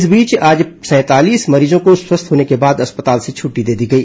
इस बीच आज सैंतालीस मरीजों को स्वस्थ होने के बाद अस्पताल से छटटी दे दी गई